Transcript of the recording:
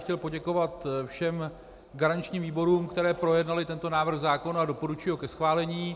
Chtěl bych poděkovat všem garančním výborům, které projednaly tento návrh zákona, a doporučuji ho ke schválení.